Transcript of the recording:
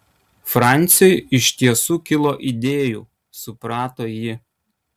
franciui iš tiesų kilo idėjų suprato ji